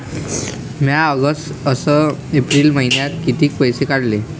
म्या ऑगस्ट अस एप्रिल मइन्यात कितीक पैसे काढले?